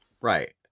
Right